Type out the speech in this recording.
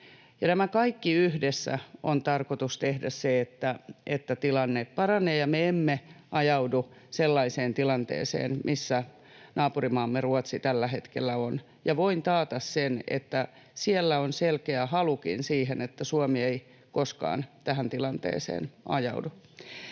Näillä kaikilla yhdessä on tarkoitus tehdä se, että tilanne paranee ja me emme ajaudu sellaiseen tilanteeseen, missä naapurimaamme Ruotsi tällä hetkellä on. Voin taata sen, että siellä on selkeä halukin siihen, että Suomi ei koskaan tähän tilanteeseen ajaudu.